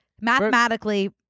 mathematically